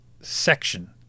section